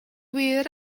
wir